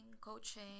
coaching